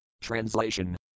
Translation